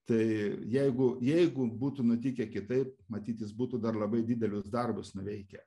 tai jeigu jeigu būtų nutikę kitaip matyt jis būtų dar labai didelius darbus nuveikę